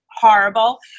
horrible